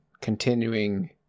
continuing